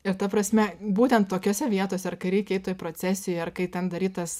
ir ta prasme būtent tokiose vietose ar kai reikia eit toj procesijoj ar kai ten daryt tas